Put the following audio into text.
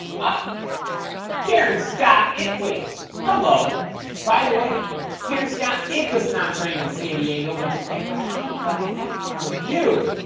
up karen scott it wait hello by the way karen scott it does not rain in san diego my boot camp or how the heck are you